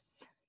Yes